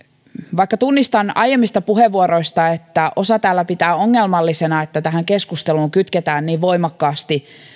vaikka tunnistan aiemmista puheenvuoroista että osa täällä pitää ongelmallisena että tähän keskusteluun kytketään niin voimakkaasti